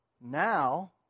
Now